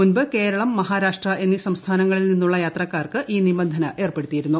മുൻപ് കേരളം മഹാരാഷ്ട്ര എന്നീ സംസ്ഥാനങ്ങളിൽ നിന്നുള്ള യാത്രക്കാർക്ക് ഇൌ നിബന്ധന ഏർപ്പെടുത്തിയിരുന്നു